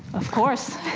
of course!